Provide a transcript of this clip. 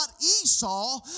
Esau